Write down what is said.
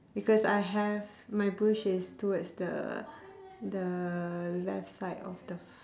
because I have my bush is towards the the left side of the